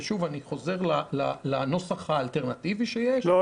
ואני חוזר לנוסח האלטרנטיבי שיש --- לא,